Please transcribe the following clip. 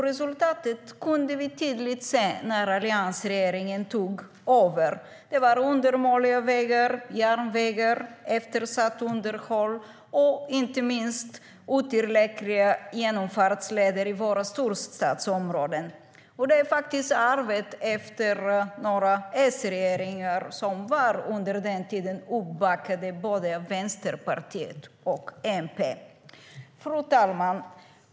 Resultatet kunde vi tydligt se när alliansregeringen tog över. Det var undermåliga vägar och järnvägar, eftersatt underhåll och inte minst otillräckliga genomfartsleder i våra storstadsområden. Det är arvet efter några S-regeringar som under den tiden var uppbackade av både Vänsterpartiet och MP.Fru talman!